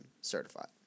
certified